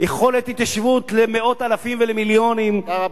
יכולת התיישבות למאות אלפים ולמיליונים, תודה רבה.